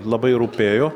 labai rūpėjo